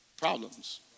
problems